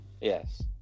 yes